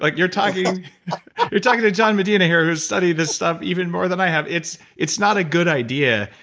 like you're talking you're talking to john medina here, who studied this stuff even more than i have. it's it's not a good idea.